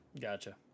Gotcha